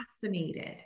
fascinated